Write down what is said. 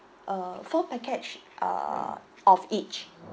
uh four package uh of each